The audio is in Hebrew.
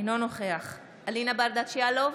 אינו נוכח אלינה ברדץ' יאלוב,